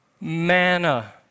manna